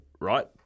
right